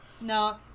No